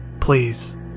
Please